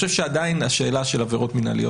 עדיין אנחנו צריכים לחשוב על השאלה של עבירות מינהליות